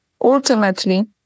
Ultimately